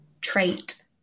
trait